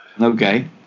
Okay